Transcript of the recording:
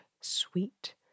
sweet